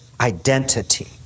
identity